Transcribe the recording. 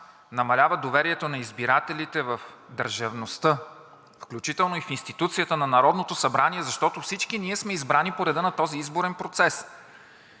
Намалява доверието на избирателите в държавността, включително и в институцията на Народното събрание, защото всички ние сме избрани по реда на този изборен процес.